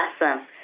Awesome